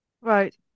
Right